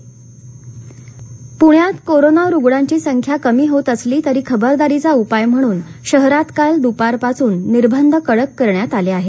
पणे कडक निर्बंध पुण्यात कोरोना रुग्णांची संख्या कमी होत असली तरी खबरदारीचा उपाय म्हणून शहरात काल दुपारपासून निर्बंध कडक करण्यात आले आहेत